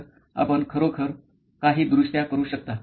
तर आपण खरोखर काही दुरुस्त्या करू शकता